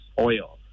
oil